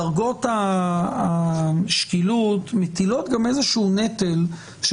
דרגות השקילות מטילות גם איזשהו נטל על